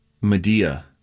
Medea